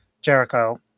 Jericho